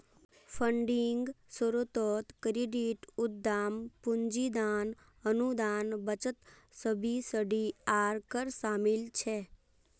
funding स्रोतोत credit, उद्दाम पूंजी, दान, अनुदान, बचत, सब्सिडी आर कर शामिल छे